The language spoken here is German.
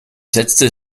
setzte